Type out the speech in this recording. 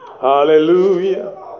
Hallelujah